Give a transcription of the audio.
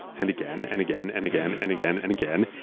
and again, and again, and again, and again, and again.